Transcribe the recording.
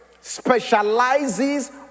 specializes